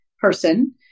person